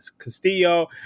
Castillo